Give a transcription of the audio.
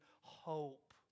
hope